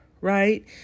right